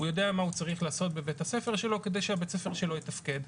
הוא יודע מה הוא צריך לעשות בבית הספר שלו כדי שבית הספר שלו יתפקד.